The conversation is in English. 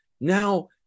now